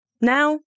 Now